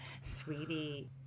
Sweetie